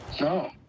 No